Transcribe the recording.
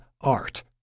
art